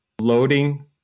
loading